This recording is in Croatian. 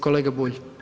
Kolega Bulj.